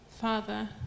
Father